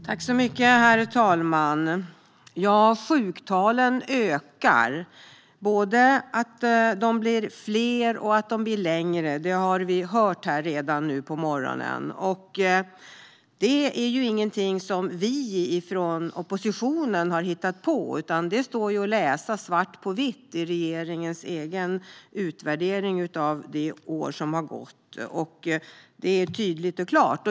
Herr talman! Sjuktalen ökar. Att sjukskrivningarna blir fler och längre har vi hört i debatten här redan. Det är inget som vi i oppositionen har hittat på, utan det står att läsa i regeringens egen utvärdering av det år som har gått. Det är tydligt och klart.